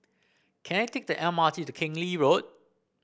can I take the M R T to Keng Lee Road